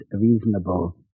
reasonable